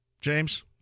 James